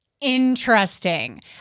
Interesting